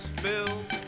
spills